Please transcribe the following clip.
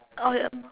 or the